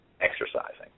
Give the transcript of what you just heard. exercising